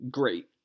great